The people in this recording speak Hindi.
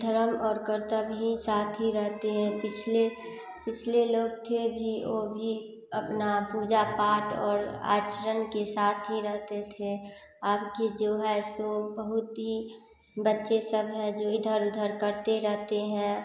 धरम और कर्तव्य ही साथ ही रहते हैं पिछले पिछले लोग थे कि वह भी अपना पूजा पाठ और आचरण के साथ ही रहते थे अब के जो है सो बहुत ही बच्चे सब हैं जो इधर उधर करते रहते हैं